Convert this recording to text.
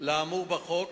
לאמור בחוק,